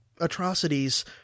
atrocities